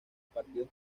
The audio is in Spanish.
partidos